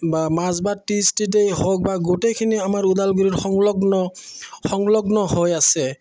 বা মাজবাত হওক বা গোটেইখিনি আমাৰ ওদালগুৰিত সংলগ্ন সংলগ্ন হৈ আছে